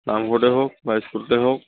নামঘৰতে হওক বা ইস্কুলতে হওক